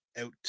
out